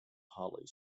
holly